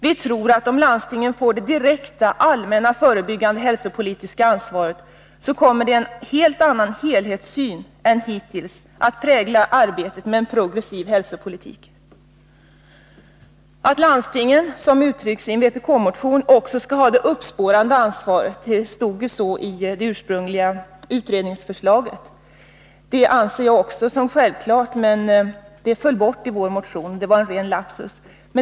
Vi tror att om landstingen får det direkta, allmänna förebyggande hälsopolitiska ansvaret, så kommer en helt annan helhetssyn än hittills att prägla arbetet med en progressiv hälsopolitik. Att landstingen, som uttrycks i en vpk-motion, också skall ha det uppspårande ansvaret — det stod ju så i det ursprungliga utredningsförslaget — anser jag vara självklart. Att detta föll bort i vår motion var en ren lapsus.